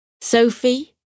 Sophie